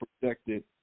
protected